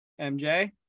MJ